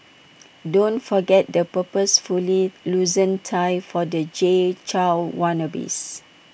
don't forget the purposefully loosened tie for the Jay Chou wannabes